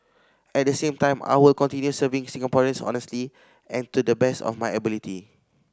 at the same time I will continue serving Singaporeans honestly and to the best of my ability